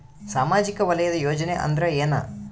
ಸಾಮಾಜಿಕ ವಲಯದ ಯೋಜನೆ ಅಂದ್ರ ಏನ?